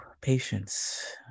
patience